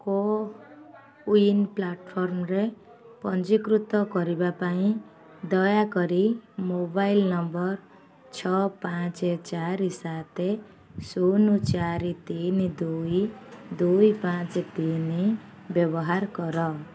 CoWIN ପ୍ଲାଟଫର୍ମରେ ପଞ୍ଜୀକୃତ କରିବା ପାଇଁ ଦୟାକରି ମୋବାଇଲ ନମ୍ବର ଛଅ ପାଞ୍ଚ ଚାରି ସାତ ଶୂନ ଚାରି ତିନି ଦୁଇ ଦୁଇ ପାଞ୍ଚ ତିନି ବ୍ୟବହାର କର